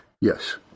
Yes